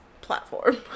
platform